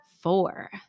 four